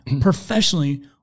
Professionally